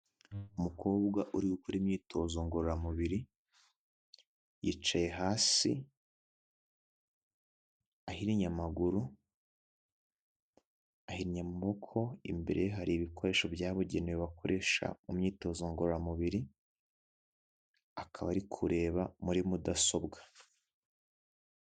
Umukobwa uri ukora imyitozo ngororamubiri yicaye hasi ahinnye amaguru ahinnye amaboko imbere hari ibikoresho byabugenewe bakoresha mu myitozo ngororamubiri, akaba ari kureba muri mudasobwa.